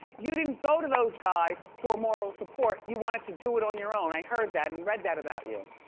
you didn't go to those guys for moral support. you wanted to do it on your own. i heard that and read that about you.